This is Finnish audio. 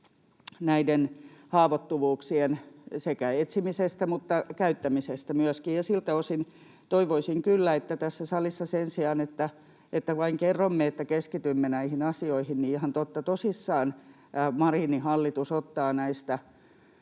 näiden haavoittuvuuksien etsimisestä mutta käyttämisestä myöskin. Ja siltä osin toivoisin kyllä, että tässä salissa — sen sijaan, että vain kerromme, että keskitymme näihin asioihin — ihan totta tosissaan Marinin hallitus ottaa näistä